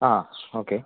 ആ ഓക്കേ